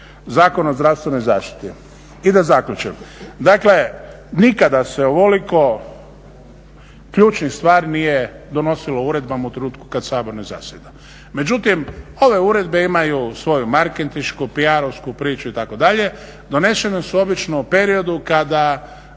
Zakon o zdravstvenoj zaštiti. I da zaključim. Dakle, nikada se ovoliko ključnih nije donosilo uredbama u trenutku kada Sabor ne zasjeda. Međutim, ove uredbe imaju svoju marketinšku, PR-ovsku priču, itd.. Donesene su obično u periodu kada